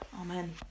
Amen